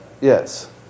Yes